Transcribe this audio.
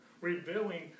revealing